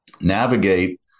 navigate